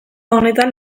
honetan